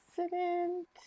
accident